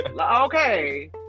okay